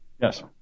Yes